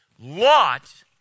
Lot